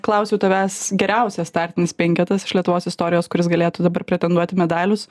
klausiau tavęs geriausias startinis penketas iš lietuvos istorijos kuris galėtų dabar pretenduot į medalius